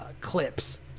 clips